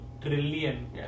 trillion